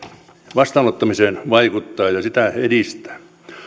vastaanottamiseen vaikuttaa ja sitä edistää